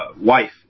wife